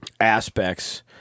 aspects